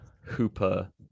Hooper